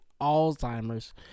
Alzheimer's